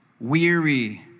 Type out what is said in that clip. weary